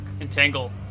Entangle